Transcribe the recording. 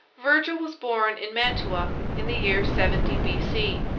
virgil was born in mantua in the year seventy b c.